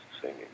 singing